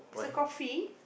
it's a coffee